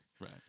right